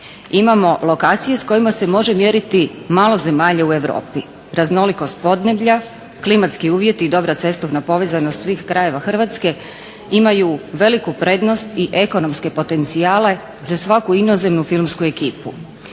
Imamo lokacije s kojima se može mjeriti malo zemalja u Europi, raznolikost podneblja, klimatski uvjeti i dobra cestovna povezanost svih krajeva Hrvatske imaju veliku prednost i ekonomske potencijale za svaku inozemnu filmsku ekipu.